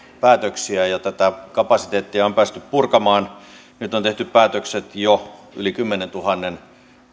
päätöksiä ja tätä kapasiteettia on päästy purkamaan nyt on tehty päätökset jo yli kymmenentuhannen